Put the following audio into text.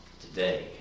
today